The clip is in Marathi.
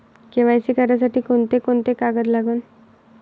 के.वाय.सी करासाठी कोंते कोंते कागद लागन?